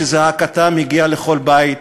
שזעקתם הגיעה לכל בית?